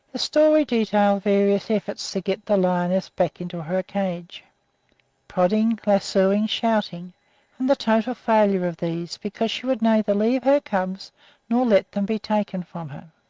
story detailed various efforts to get the lioness back into her cage prodding, lassoing, shouting and the total failure of these because she would neither leave her cubs nor let them be taken from her.